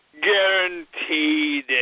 Guaranteed